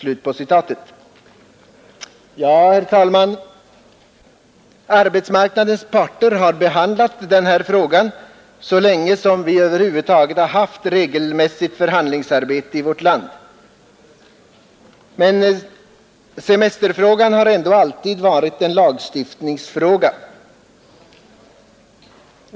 Ja, arbetsmarknadens parter har behandlat denna fråga så länge som vi över huvud taget har haft regelmässigt förhandlingsarbete i vårt land, men semesterfrågan har ändå alltid varit en lagstiftningsfråga.